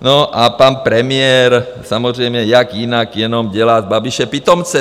No a pan premiér samozřejmě, jak jinak, jenom dělá z Babiše pitomce.